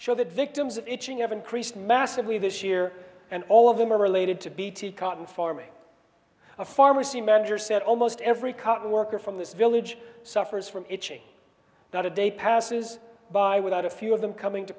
show that victims of inching ever increased massively this year and all of them are related to bt cotton farmer a pharmacy manager said almost every cotton worker from this village suffers from itching not a day passes by without a few of them coming to